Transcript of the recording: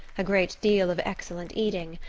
a great deal of excellent eating,